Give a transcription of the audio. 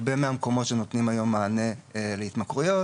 הרבה מהמקומות שנותנים היום מענה להתמכרויות